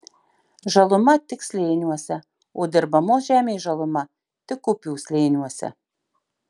žaluma tik slėniuose o dirbamos žemės žaluma tik upių slėniuose